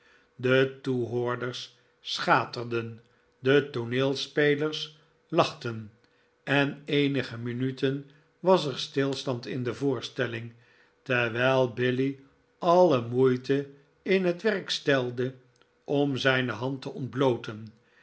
de toehoorders schaterden de tooneelspelers lachten en eenige minuten was er een stilstand in de voorstelling terwijl billy alle moeite in nieuw ballet in te